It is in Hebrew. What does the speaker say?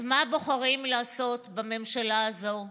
אז מה בוחרים לעשות בממשלה הזו,